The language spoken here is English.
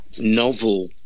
novel